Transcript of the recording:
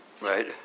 Right